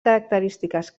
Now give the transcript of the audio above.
característiques